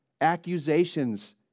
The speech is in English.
accusations